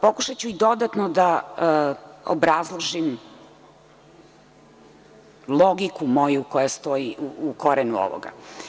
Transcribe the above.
Pokušaću i dodatno da obrazložim logiku koja stoji u korenu ovoga.